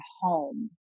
home